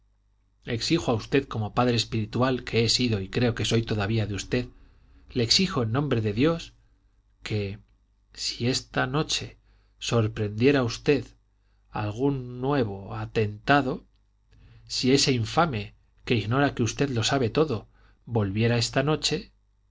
exijo a usted como padre espiritual que he sido y creo que soy todavía de usted le exijo en nombre de dios que si esta noche sorprendiera usted algún nuevo atentado si ese infame que ignora que usted lo sabe todo volviera esta noche